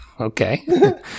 okay